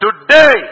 Today